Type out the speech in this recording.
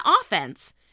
offense